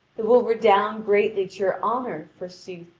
it will redound greatly to your honour, forsooth,